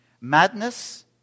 Madness